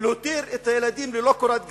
ולהותיר את הילדים ללא קורת גג,